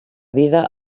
vida